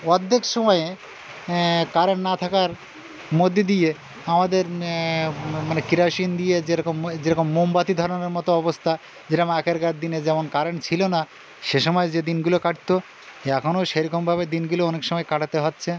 অর্ধেক সময়ে কারেন্ট না থাকার মধ্যে দিয়ে আমাদের মানে কেরোসিন দিয়ে যেরকম যেরকম মোমবাতি ধরানোর মতো অবস্থা যেরকম আগেকার দিনে যেমন কারেন্ট ছিল না সে সময় যে দিনগুলো কাটত এখনও সেইরকমভাবে দিনগুলো অনেক সময় কাটাতে হচ্ছে